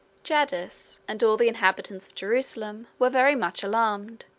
jaddus and all the inhabitants of jerusalem were very much alarmed.